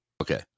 okay